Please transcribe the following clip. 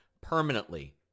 permanently